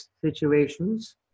situations